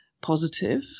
positive